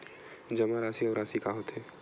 जमा राशि अउ राशि का होथे?